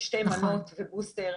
שתי מנות ובוסטר,